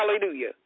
hallelujah